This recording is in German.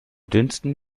dünsten